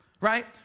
right